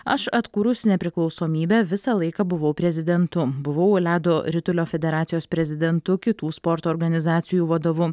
aš atkūrus nepriklausomybę visą laiką buvau prezidentu buvau ledo ritulio federacijos prezidentu kitų sporto organizacijų vadovu